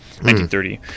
1930